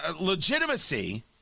legitimacy